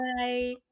Bye